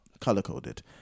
color-coded